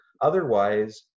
Otherwise